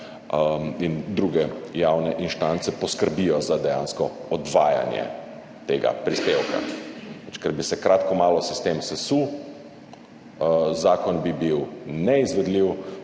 in druge javne instance poskrbijo za dejansko odvajanje tega prispevka, pa ker bi se kratko malo sistem sesul, zakon bi bil neizvedljiv